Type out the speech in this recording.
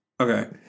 okay